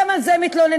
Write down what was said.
גם על זה מתלוננים.